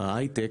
היי-טק,